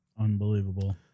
Unbelievable